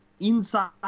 inside